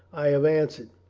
i have answered.